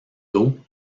d’eau